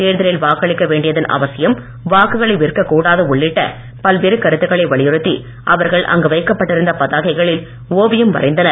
தேர்தலில் வாக்களிக்க வேண்டியதன் அவசியம் வாக்குகளை விற்கக் கூடாது உள்ளிட்ட பல்வேறு கருத்துக்களை வலியுறுத்தி அவர்கள் அங்கு வைக்கப்பட்டிருந்த பதாகைகளில் ஓவியம் வரைந்தனர்